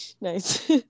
Nice